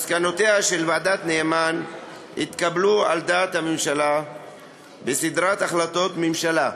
מסקנותיה של ועדת נאמן התקבלו על דעת הממשלה בסדרת החלטות ממשלה,